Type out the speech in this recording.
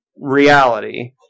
reality